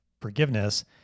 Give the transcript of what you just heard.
forgiveness